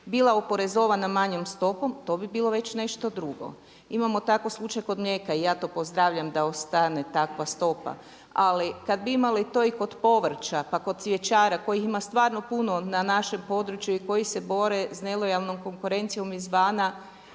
bila oporezovana manjom stopom to bi bilo već nešto drugo. Imamo tako slučaj kod mlijeka i ja to pozdravljam da ostane takve stopa, ali kada bi imali to i kod povrća, pa kod cvjećara kojih ima stvarno puno na našem području i koji se bore s nelojalnom konkurencijom izvana,